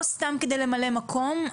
לא סתם כדי למלא מקום,